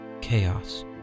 chaos